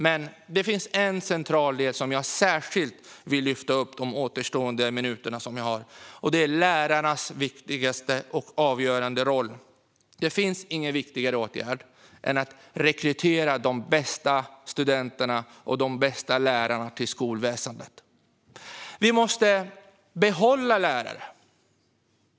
Men det finns en central del som jag särskilt vill lyfta fram under mina återstående minuter, och det är lärarnas viktigaste och avgörande roll. Det finns ingen viktigare åtgärd än att rekrytera de bästa studenterna och de bästa lärarna till skolväsendet. Vi måste behålla lärare.